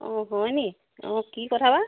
অঁ হয়নি অঁ কি কথা বা